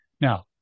Now